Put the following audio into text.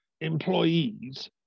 employees